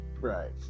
Right